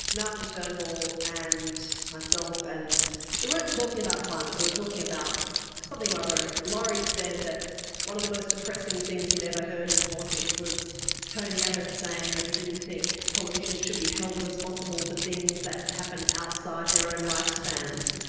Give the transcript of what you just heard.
malcolm turnbull and myself, and we weren't talking about climate, we were talking about something or other, and laurie said that one of the most depressing things he'd ever heard in politics was tony abbott saying that he didn't think politicians should be held responsible for things that happen outside their own lifespans.